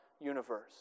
universe